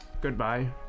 Goodbye